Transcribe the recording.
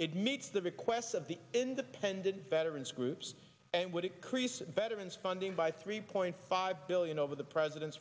it meets the requests of the independent veterans groups and would it crease veterans funding by three point five billion over the president's